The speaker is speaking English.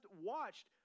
watched